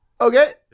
Okay